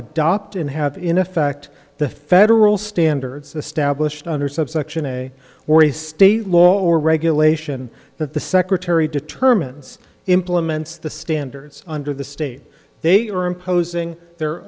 adopt and have in effect the federal standards established under subsection a or a state law or regulation that the secretary determines implements the standards under the state they are imposing their